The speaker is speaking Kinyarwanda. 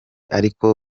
ariko